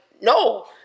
No